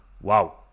Wow